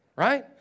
right